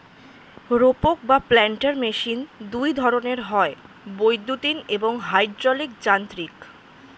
রোপক বা planter machine দুই ধরনের হয়, বৈদ্যুতিন এবং হাইড্রলিক যান্ত্রিক